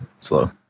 slow